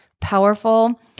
powerful